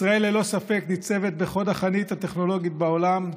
ישראל ללא ספק ניצבת בחוד החנית בטכנולוגיה בעולם.